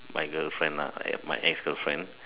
my girlfriend lah my my ex girlfriend